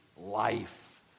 Life